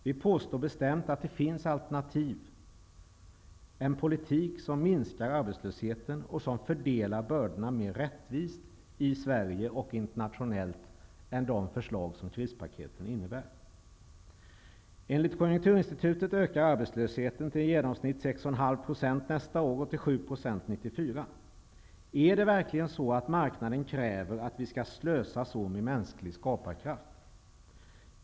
Vi påstår bestämt att det finns alternativ, nämligen en annan politik som minskar arbetslösheten och som fördelar bördorna mer rättvist i Sverige och internationellt än vad förslagen i krispaketen innebär. Enligt konjunkturinstitutet ökar arbetslösheten i genomsnitt till 6,5 % nästa år och till 7 % 1994. Är det verkligen så, att marknaden kräver att vi skall slösa så med mänsklig skaparkraft?